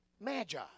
magi